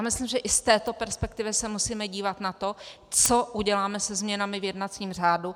Myslím, že i z této perspektivy se musíme dívat na to, co uděláme se změnami v jednacím řádu.